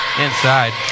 Inside